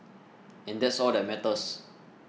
and that's all that matters